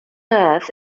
earth